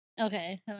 Okay